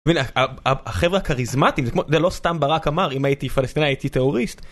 החברה הכריזמטיים זה כמו זה לא סתם ברק אמר אם הייתי פלסטינאי הייתי טרוריסט.